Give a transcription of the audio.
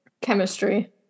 Chemistry